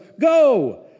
go